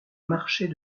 marchés